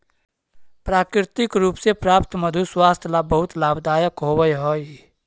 प्राकृतिक रूप से प्राप्त मधु स्वास्थ्य ला बहुत लाभदायक होवअ हई